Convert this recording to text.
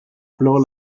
plan